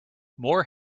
more